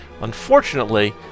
Unfortunately